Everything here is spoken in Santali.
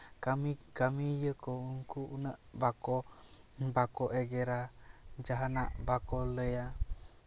ᱠᱟᱹᱢᱤ ᱠᱟᱹᱢᱤ ᱤᱭᱟᱹ ᱠᱚ ᱩᱱᱠᱩ ᱩᱱᱟᱹᱜ ᱵᱟᱠᱚ ᱵᱟᱠᱚ ᱮᱜᱮᱨᱟ ᱡᱟᱦᱟᱱᱟᱜ ᱵᱟᱠᱚ ᱞᱟᱹᱭᱟ